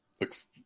Looks